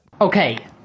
okay